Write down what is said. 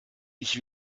ich